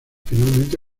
finalmente